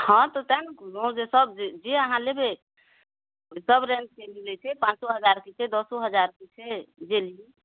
हँ तऽ तै ने कहलहुँ जे सब जे अहाँ लेबय सब रेंजके मिलय छै पाँचो हजारके छै दसो हजारके छै जे लियौ